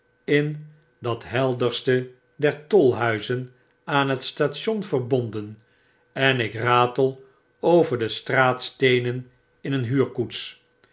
in dat helderste der tolhuizen aan het station verbonden en ik ratel over de straatsteenen in een